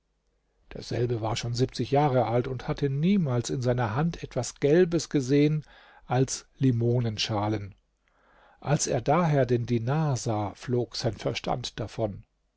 derselbe war schon siebzig jahre alt und hatte niemals in seiner hand etwas gelbes gesehen als limonenschalen als er daher den dinar sah flog sein verstand davon